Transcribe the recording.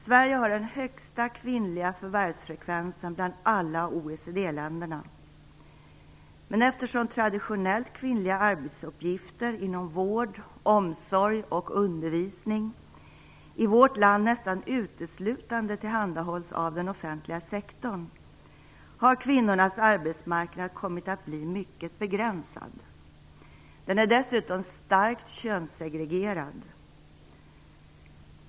Sverige har den högsta kvinnliga förvärvsfrekvensen bland alla OECD-länderna. Men eftersom traditionellt kvinnliga arbetsuppgifter inom vård, omsorg och undervisning i vårt land nästan uteslutande tillhandahålls av den offentliga sektorn har kvinnornas arbetsmarknad kommit att bli mycket begränsad. Den är dessutom starkt könssegregerad.